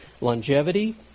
longevity